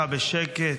בשקט,